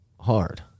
hard